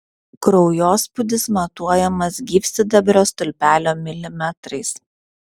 kraujospūdis matuojamas gyvsidabrio stulpelio milimetrais